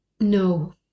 No